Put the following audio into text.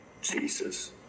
Jesus